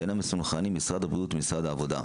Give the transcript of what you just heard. שאינם מסונכרנים עם משרד הבריאות ומשרד העבודה.